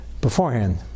beforehand